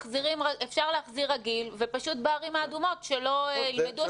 אפשר להחזיר רגיל ופשוט בערים האדומות שלא ילמדו,